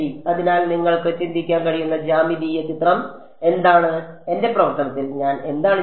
അതിനാൽ നിങ്ങൾക്ക് ചിന്തിക്കാൻ കഴിയുന്ന ജ്യാമിതീയ ചിത്രം എന്താണ് എന്റെ പ്രവർത്തനത്തിൽ ഞാൻ എന്താണ് ചെയ്യുന്നത്